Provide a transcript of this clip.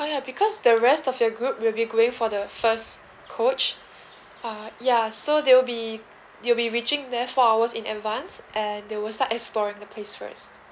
oh ya because the rest of your group will be going for the first coach ah ya so they'll be they'll be reaching there four hours in advance and there'll the exploring the place first